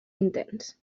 intens